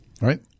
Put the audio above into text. right